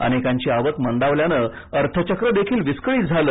अनेकांची आवक मंदावल्याने अर्थचक्रदेखील विस्कळीत झालं